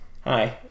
hi